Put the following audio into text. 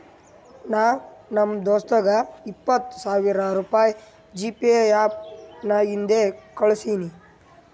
ನಾ ನಮ್ ದೋಸ್ತಗ ಇಪ್ಪತ್ ಸಾವಿರ ರುಪಾಯಿ ಜಿಪೇ ಆ್ಯಪ್ ನಾಗಿಂದೆ ಕಳುಸಿನಿ